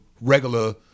regular